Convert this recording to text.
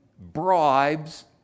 bribes